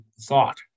thought